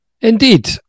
Indeed